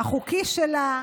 החוקי שלה,